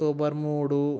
October మూడు